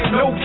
no